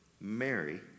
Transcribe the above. Mary